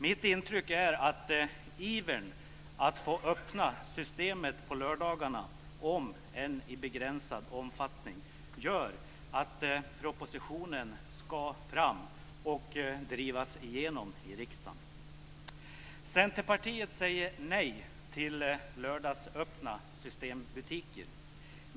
Mitt intryck är att ivern att få öppna Systemet på lördagarna, om än i begränsad omfattning, gör att propositionen ska fram och drivas igenom i riksdagen. Centerpartiet säger nej till lördagsöppna Systembutiker.